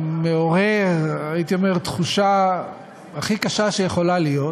מעורר, הייתי אומר, תחושה הכי קשה שיכולה להיות,